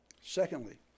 Secondly